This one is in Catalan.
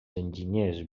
enginyers